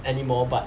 anymore but